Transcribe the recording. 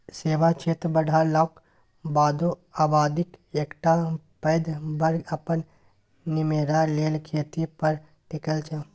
सेबा क्षेत्र बढ़लाक बादो आबादीक एकटा पैघ बर्ग अपन निमेरा लेल खेती पर टिकल छै